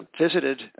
visited